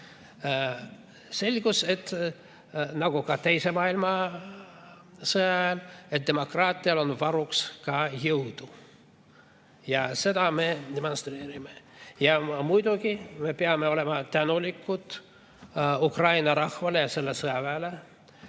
Selgus, nagu ka teise maailmasõja ajal, et demokraatial on veel varuks jõudu. Ja seda me demonstreerime. Muidugi me peame olema tänulikud Ukraina rahvale ja selle sõjaväele.